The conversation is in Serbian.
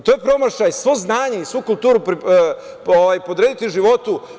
To je promašaj, svo znanje i svu kulturu podrediti životu.